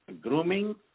grooming